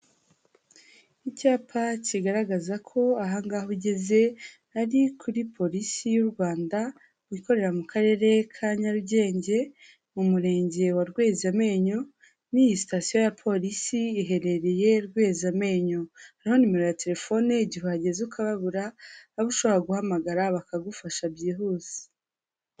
Icyapa kigaragaza ko aha ngaha ugeze ari kuri polisi y'u Rwanda, ikorera mu karere ka Nyarugenge, mu murenge wa Rwezamenyo, n'iyi sitasiyo ya polisi iherereye Rwezamenyo, hari nimero ya telefone igihe uhageze ukababura, aho ushobora guhamagara bakagufasha byihuse.